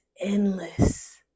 endless